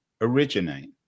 originate